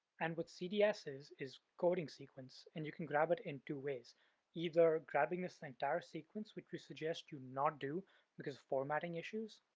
and what cds is is coding sequence. and you can grab it in two ways either grabbing this entire sequence, which we suggest you not do because of formatting issues.